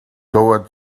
toward